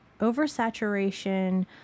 oversaturation